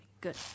good